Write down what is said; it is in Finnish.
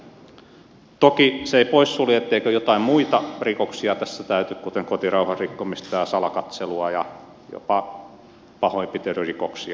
toki se ei poissulje etteikö jotain muita rikoksia tässä täyty kuten kotirauhan rikkomista ja salakatselua ja jopa pahoinpitelyrikoksia